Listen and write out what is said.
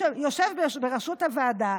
הוא יושב בראשות הוועדה,